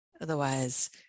Otherwise